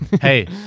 Hey